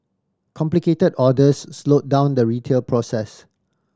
complicated orders slowed down the retail process